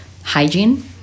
hygiene